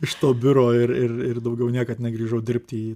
iš to biuro ir ir ir daugiau niekad negrįžau dirbti į